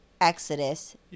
Exodus